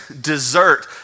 dessert